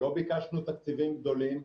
לא ביקשנו תקציבים גדולים.